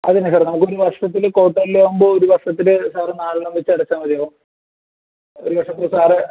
അതുതന്നെ സാറെ നമ്മൾക്കൊരു വർഷത്തിൽ ക്വാർട്ടർളിയാകുമ്പോൾ ഒരു വർഷത്തിൽ സാർ നാലെണ്ണം വച്ച് അടച്ചാൽ മതിയാകും ഒരു വർഷത്തിൽ സാറ്